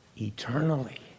eternally